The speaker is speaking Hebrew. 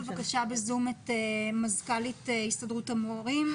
אני רוצה לתת את רשות הדיבור למזכ"לית הסתדרות המורים,